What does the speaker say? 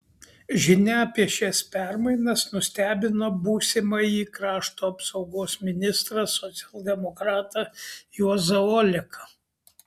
žinia apie šias permainas nustebino būsimą krašto apsaugos ministrą socialdemokratą juozą oleką